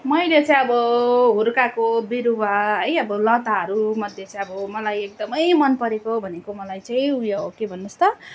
मैले चाहिँ अब हुर्काएको बिरुवा है अब लताहरू मध्ये चाहिँ अब मलाई एकदमै मन परेको भनेको मलाई चाहिँ उयो हो के भन्नु होस् त